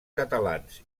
catalans